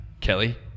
Kelly